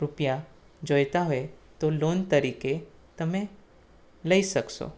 રૂપિયા જોઈતા હોય તો લોન તરીકે તમે લઈ શકશો